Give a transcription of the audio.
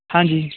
ਹਾਂਜੀ